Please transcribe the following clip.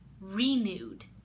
renewed